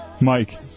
Mike